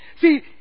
See